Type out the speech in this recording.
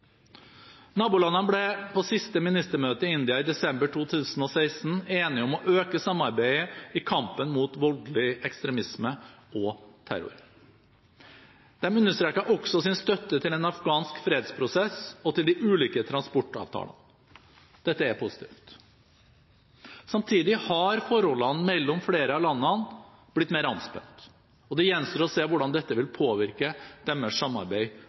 Nabolandene ble på siste ministermøte i India i desember 2016 enige om å øke samarbeidet i kampen mot voldelig ekstremisme og terror. De understreket også sin støtte til en afghansk fredsprosess og til de ulike transportavtalene. Dette er positivt. Samtidig har forholdene mellom flere av landene blitt mer anspent, og det gjenstår å se hvordan dette vil påvirke deres samarbeid